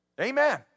Amen